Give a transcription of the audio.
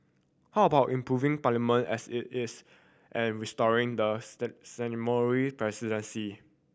how about improving Parliament as it is and restoring the presidency